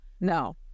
no